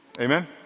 Amen